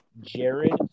Jared